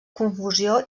confusió